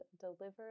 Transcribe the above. delivered